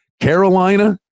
Carolina